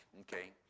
okay